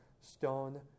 stone